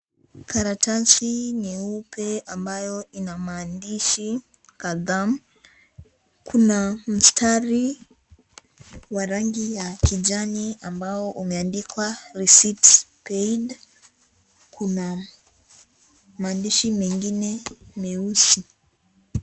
Karatasi nyeupe ambayo ina maandishi kadhaa. Kuna mstari wa rangi ya kijani ambayo umeandikwa (cs) receipt paid(cs) . Kuna maandishi mengine meusi.